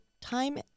time